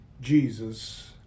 Jesus